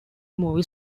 movie